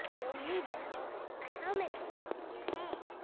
and you'll need the helmet. a helmet protects your head.